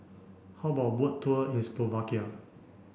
how about a boat tour in Slovakia